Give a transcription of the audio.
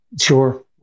Sure